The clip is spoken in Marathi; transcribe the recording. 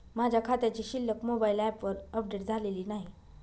माझ्या खात्याची शिल्लक मोबाइल ॲपवर अपडेट झालेली नाही